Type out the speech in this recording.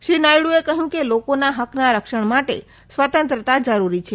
શ્રી નાયડુએ કહ્યું કે લોકોના હકના રક્ષણ માટે સ્વતંત્રતા જરૂરી છે